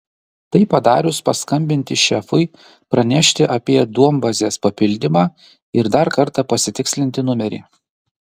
tai padarius paskambinti šefui pranešti apie duombazės papildymą ir dar kartą pasitikslinti numerį